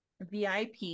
VIP